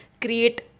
create